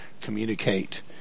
communicate